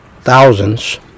thousands